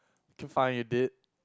k fine you did